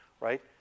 right